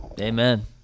Amen